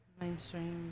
mainstream